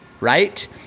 right